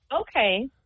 Okay